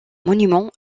monument